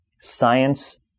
Science